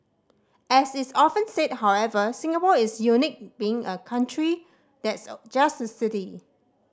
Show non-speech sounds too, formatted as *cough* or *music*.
as is often said however Singapore is unique in being a country that's *unintelligible* just a city